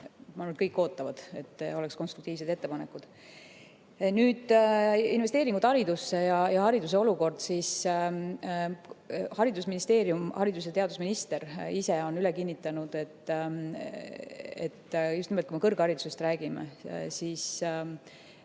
kõik ootavad – et oleks konstruktiivsed ettepanekud. Nüüd, investeeringud haridusse ja hariduse olukord. Haridusministeerium, haridus- ja teadusminister ise on üle kinnitanud, et kui me kõrgharidusest räägime, siis